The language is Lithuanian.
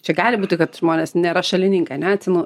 čia gali būti kad žmonės nėra šalininkai ane atsinau